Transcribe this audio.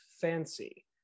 fancy